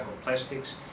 plastics